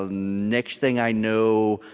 ah next thing i know,